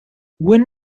wynn